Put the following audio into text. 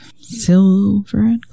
Silver